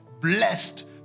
blessed